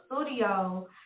studio